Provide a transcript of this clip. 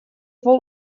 wol